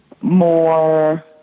more